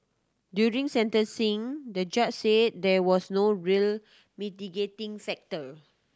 during sentencing the judge said there was no real mitigating factor